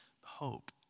hope